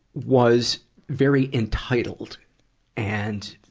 was very entitled and,